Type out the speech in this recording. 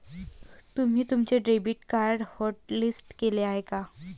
तुम्ही तुमचे debit card hotlist केले आहे का?